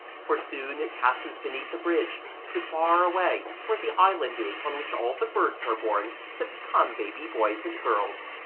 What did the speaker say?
for soon it passes beneath a bridge to far away where the island is on which all the birds are born that become baby boys and girls.